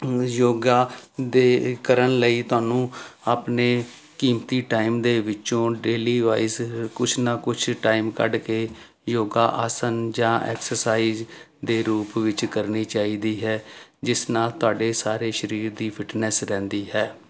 ਯੋਗਾ ਦੇ ਕਰਨ ਲਈ ਤੁਹਾਨੂੰ ਆਪਣੇ ਕੀਮਤੀ ਟਾਈਮ ਦੇ ਵਿੱਚੋਂ ਡੇਲੀ ਵਾਈਸ ਕੁਛ ਨਾ ਕੁਛ ਟਾਈਮ ਕੱਢ ਕੇ ਯੋਗਾ ਆਸਨ ਜਾਂ ਐਕਸਰਸਾਈਜ਼ ਦੇ ਰੂਪ ਵਿੱਚ ਕਰਨੀ ਚਾਹੀਦੀ ਹੈ ਜਿਸ ਨਾਲ ਤੁਹਾਡੇ ਸਾਰੇ ਸਰੀਰ ਦੀ ਫਿਟਨੈਸ ਰਹਿੰਦੀ ਹੈ